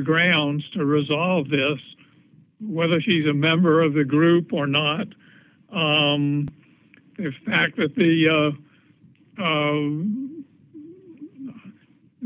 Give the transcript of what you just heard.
grounds to resolve this whether she's a member of the group or not if fact that the